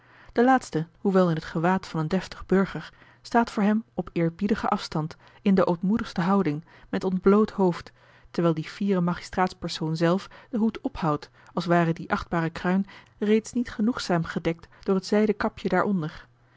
de laatste hoewel in het gewaad van een deftig burger staat voor hem op eerbiedigen afstand in de ootmoedigste houding met ontbloot hoofd terwijl de fiere magistraatspersoon zelf den hoed ophoudt als ware die achtbare kruin reeds niet genoegzaam gedekt door het zijden kapje daaronder